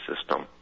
system